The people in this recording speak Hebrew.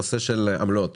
הנושא של עמלות